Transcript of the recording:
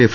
F